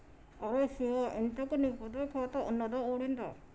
అరే శివా, ఇంతకూ నీ పొదుపు ఖాతా ఉన్నదా ఊడిందా